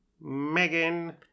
Megan